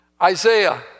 Isaiah